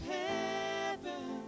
heaven